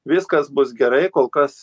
viskas bus gerai kol kas